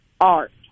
Art